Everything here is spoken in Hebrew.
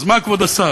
אז מה, כבוד השר